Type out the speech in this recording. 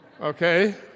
Okay